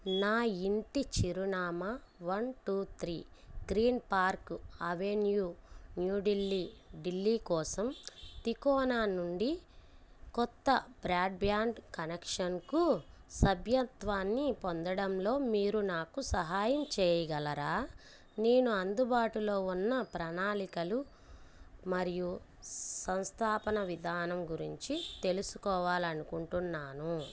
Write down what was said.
నా ఇంటి చిరునామా one two three Green Park Avenue New Delhi Delhi కోసం తికోనా నుండి కొత్త బ్రాడ్బాండ్ కనెక్షన్కి సభ్యత్వాన్ని పొందడంలో మీరు నాకు సహాయం చేయగలరా నేను అందుబాటులో ఉన్న ప్రణాళికలు మరియు సంస్థాపన విధానం గురించి తెలుసుకోవాలి అనుకుంటున్నాను